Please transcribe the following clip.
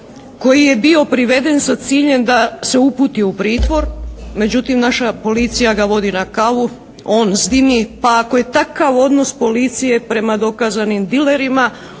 koji je bio priveden sa ciljem da se uputi u pritvor, međutim naša policija ga vodi na kavu, on sdimi. Pa ako je takav odnos policije prema dokazanim dilerima